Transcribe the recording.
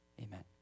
amen